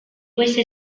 queste